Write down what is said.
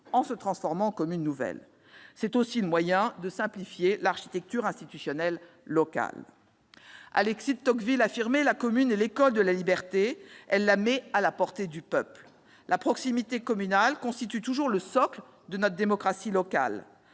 en se transformant en commune nouvelle. C'est aussi le moyen de simplifier l'architecture institutionnelle locale. Alexis de Tocqueville affirmait que « la commune est l'école de la liberté, elle la met à la portée du peuple ». La proximité communale constitue toujours le socle de notre démocratie locale.